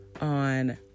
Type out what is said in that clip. on